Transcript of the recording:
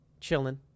chilling